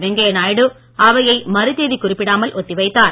வெங்கை நாயுடு அவையை மறுதேதி குறிப்பிடாமல் ஒத்தி வைத்தார்